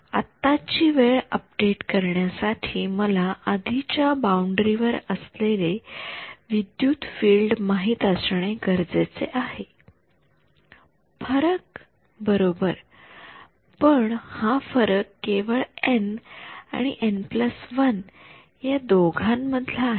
आत्ताची वेळ अपडेट करण्या साठी मला आधीच्या वेळी बाउंडरी वर असलेले विद्युत फील्ड माहित असणे गरजेचे आहे फरक बरोबर तर हा फरक केवळ एन आणि एन १ n 1 या दोघांमधला आहे